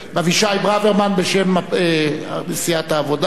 אבישי ברוורמן בשם סיעת העבודה,